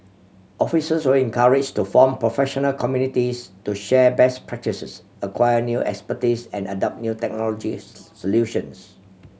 officers will be encouraged to form professional communities to share best practices acquire new expertise and adopt new technology solutions